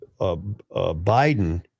Biden